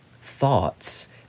thoughts